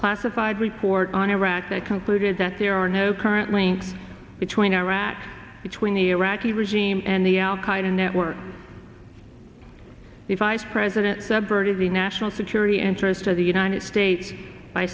classified report on iraq that concluded that there are no currently between iraq between the iraqi regime and the al qaida network the vice president the bird of the national security interests of the united states by